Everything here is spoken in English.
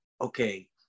okay